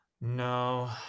No